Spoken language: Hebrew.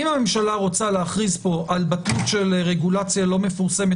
אם הממשלה רוצה להכריז פה על בטלות של רגולציה לא מפורסמת